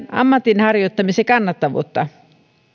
ammatin harjoittamisen kannattavuutta